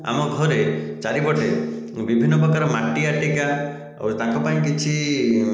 ଆମ ଘରେ ଚାରିପଟେ ବିଭିନ୍ନ ପ୍ରକାର ମାଟି ଆଟିକା ଆଉ ତାଙ୍କ ପାଇଁ କିଛି